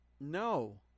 no